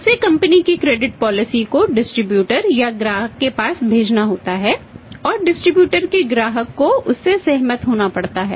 उसे कंपनी की credit policy पर बेचना चाहते हैं